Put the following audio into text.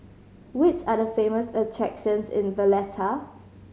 which are the famous attractions in Valletta